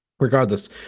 Regardless